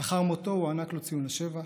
לאחר מותו הוענק לו ציון לשבח.